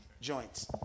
joints